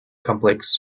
complex